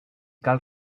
cal